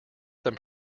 them